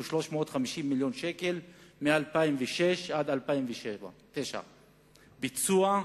350 מיליון שקל מ-2006 עד 2009. ביצוע,